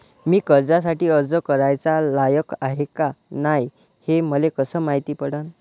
मी कर्जासाठी अर्ज कराचा लायक हाय का नाय हे मले कसं मायती पडन?